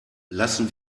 lassen